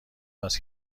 است